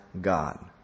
God